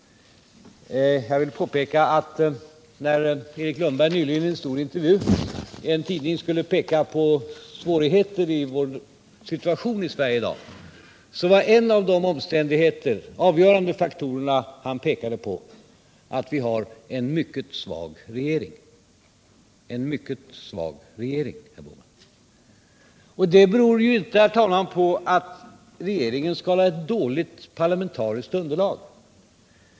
Jag vill säga att när Erik Lundberg nyligen i en stor intervju i en tidning skulle peka på svårigheter i vår situation i Sverige i dag, så var en av de avgörande faktorer han pekade på, att vi har en mycket svag regering. En mycket svag regering, herr Bohman! Det beror ju, herr talman, inte på att regeringen skulle ha ett dåligt parlamentariskt underlag.